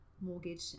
mortgage